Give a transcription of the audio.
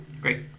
Great